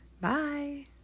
bye